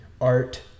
art